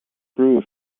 proof